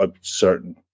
certain